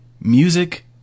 Music